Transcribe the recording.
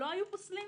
לא היו פוסלים?